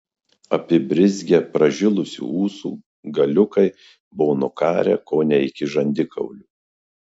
apibrizgę pražilusių ūsų galiukai buvo nukarę kone iki žandikaulių